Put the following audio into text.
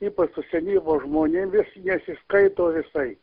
ypač su senyvo žmonėmi nesiskaito visai